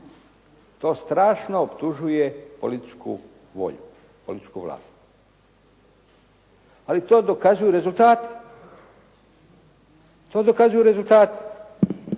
To strašno optužuje političku volju, političku vlast, ali to dokazuju rezultati. To dokazuju rezultati.